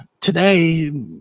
today